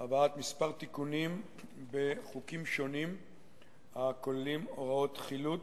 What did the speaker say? הבאת כמה תיקונים בחוקים שונים הכוללים הוראות חילוט